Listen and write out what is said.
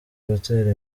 gutera